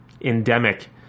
endemic